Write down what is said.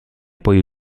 poi